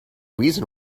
reason